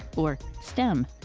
or stem.